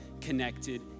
connected